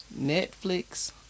Netflix